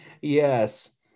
Yes